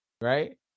right